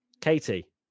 Katie